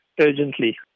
urgently